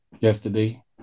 yesterday